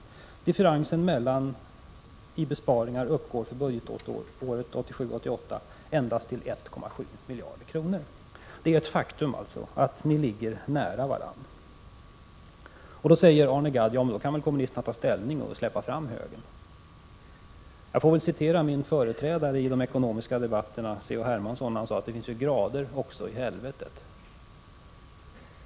Differensen dem emellan i besparingar uppgår för budgetåret 1987/88 endast till 1,7 miljarder kronor.” Det är ett faktum att ni ligger nära varandra. Arne Gadd säger: Då kan väl kommunisterna ta ställning och släppa fram högern. Till svar kan jag citera min företrädare i de ekonomiska debatterna, C.-H. Hermansson. Han sade att det finns grader också i helvetet.